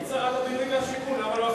היית שרת הבינוי והשיכון, למה לא עשית?